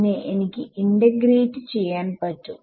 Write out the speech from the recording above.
ഇതിനെ എനിക്ക് ഇന്റഗ്രേറ്റ് ചെയ്യാൻ പറ്റും